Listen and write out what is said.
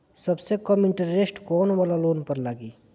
सबसे कम इन्टरेस्ट कोउन वाला लोन पर लागी?